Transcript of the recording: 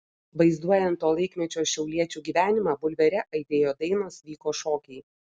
vaizduojant to laikmečio šiauliečių gyvenimą bulvare aidėjo dainos vyko šokiai